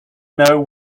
know